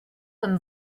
comme